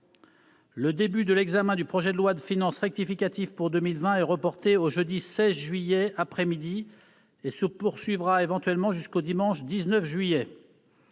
Le début de l'examen du projet de loi de finances rectificative pour 2020 est reporté au jeudi 16 juillet après-midi et se poursuivra éventuellement jusqu'au dimanche 19 juillet.